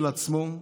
של עצמו,